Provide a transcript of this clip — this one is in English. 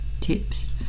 tips